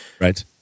Right